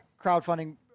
crowdfunding